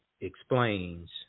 explains